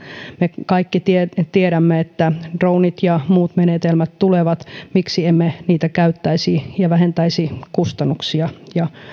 me kaikki tiedämme että dronet ja muut menetelmät tulevat miksi emme niitä käyttäisi ja vähentäisi kustannuksia ja